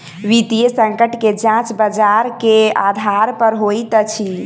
वित्तीय संकट के जांच बजार के आधार पर होइत अछि